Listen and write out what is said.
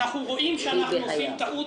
"אנחנו רואים שאנחנו עושים טעות,